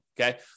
okay